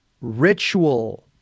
ritual